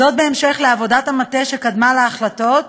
זאת, בהמשך לעבודת המטה שקדמה להחלטות,